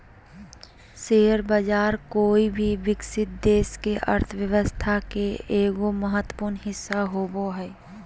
share बाज़ार कोय भी विकसित देश के अर्थ्व्यवस्था के एगो महत्वपूर्ण हिस्सा होबो हइ